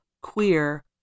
queer